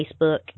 Facebook